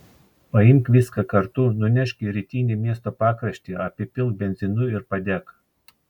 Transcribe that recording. paimk viską kartu nunešk į rytinį miesto pakraštį apipilk benzinu ir padek